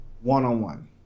one-on-one